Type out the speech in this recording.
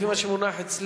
לפי מה שמונח אצלי.